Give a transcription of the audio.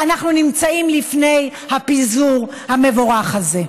אנחנו נמצאים לפני הפיזור המבורך הזה.